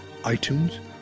iTunes